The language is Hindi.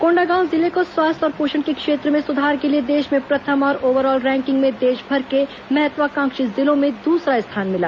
कोण्डागांव जिले को स्वास्थ्य और पोषण के क्षेत्र में सुधार के लिए देश में प्रथम और ओवरऑल रैंकिंग में देशभर के महत्वाकांक्षी जिलों में दूसरा स्थान मिला